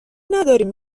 نداریم